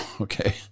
okay